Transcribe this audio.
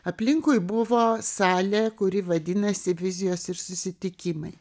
aplinkui buvo salė kuri vadinasi vizijos ir susitikimai